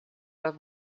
are